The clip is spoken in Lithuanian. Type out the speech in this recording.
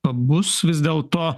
pabus vis dėlto